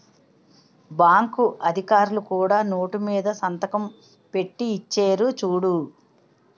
bank అధికారులు కూడా note మీద సంతకం పెట్టి ఇచ్చేరు చూడు